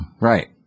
Right